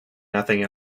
nothing